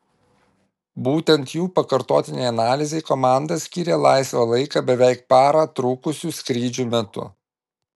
būtent jų pakartotinei analizei komanda skyrė laisvą laiką beveik parą trukusių skrydžių metu